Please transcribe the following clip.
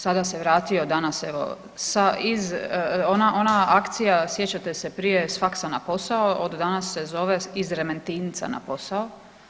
Sada se vratio danas iz, ona akcija sjećate se prije „S faksa na posao“ od danas se zove „Iz Remetinca na posao“